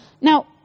Now